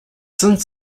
since